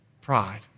Pride